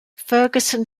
ferguson